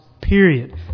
period